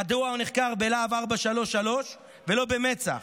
מדוע הוא נחקר בלהב 433 ולא במצ"ח?